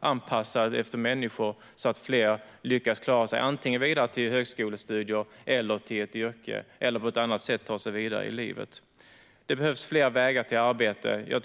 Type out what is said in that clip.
anpassad efter människors behov att fler lyckas ta sig vidare till antingen högskolestudier eller ett yrke eller vidare i livet på annat sätt. Det behövs fler vägar till arbete.